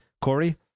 Corey